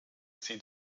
sie